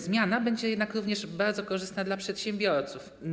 Zmiana będzie również bardzo korzystna dla przedsiębiorców.